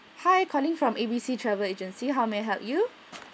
hi calling from A B C travel agency how may I help you